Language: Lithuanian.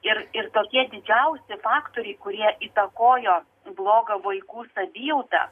ir ir tokie didžiausi faktoriai kurie įtakojo blogą vaikų savijautą